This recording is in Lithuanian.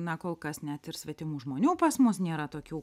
na kol kas net ir svetimų žmonių pas mus nėra tokių